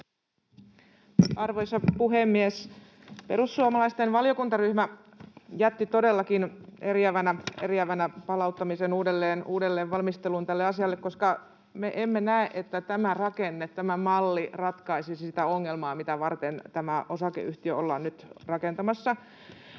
Arvoisa puhemies! Perussuomalaisten valiokuntaryhmä jätti todellakin eriävän vastalauseen tämän asian palauttamiseksi uudelleen valmisteluun, koska me emme näe, että tämä rakenne, tämä malli, ratkaisisi sitä ongelmaa, mitä varten tämä osakeyhtiö ollaan nyt rakentamassa.